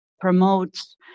promotes